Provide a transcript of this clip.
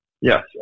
Yes